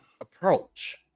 approach